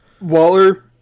Waller